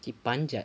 he panjat